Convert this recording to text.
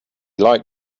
like